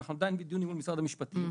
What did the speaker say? ואנחנו עדיין בדיון עם משרד המשפטים,